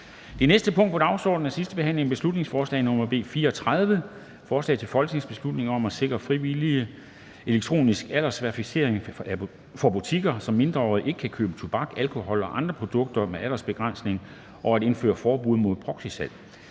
Det næste punkt på dagsordenen er: 5) 2. (sidste) behandling af beslutningsforslag nr. B 34: Forslag til folketingsbeslutning om at sikre en frivillig elektronisk aldersverificering for butikker, så mindreårige ikke kan købe tobak, alkohol og andre produkter med aldersbegrænsning, og at indføre et forbud mod proxysalg.